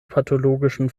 pathologischen